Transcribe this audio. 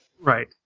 Right